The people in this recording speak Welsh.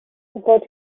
fodca